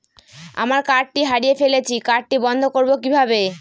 আমার কার্ডটি হারিয়ে ফেলেছি কার্ডটি বন্ধ করব কিভাবে?